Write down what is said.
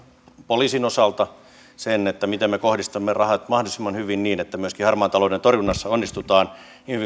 poliisin osalta sen miten me kohdistamme rahat mahdollisimman hyvin niin että myöskin harmaan talouden torjunnassa onnistutaan niin hyvin kuin